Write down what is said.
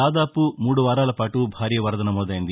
దాదాపు మూడు వారాలపాటు భారీ వరద నమోదైంది